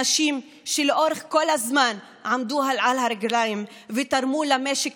אנשים שלאורך כל הזמן עמדו על הרגליים ותרמו למשק